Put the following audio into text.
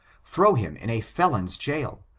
throw him in a felon's jail,